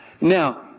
Now